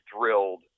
Thrilled